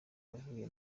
avuye